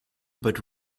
but